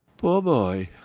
poor boy!